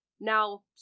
Now